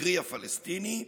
קרי, הפלסטינים,